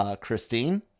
Christine